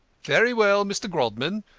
very well, mr. grodman.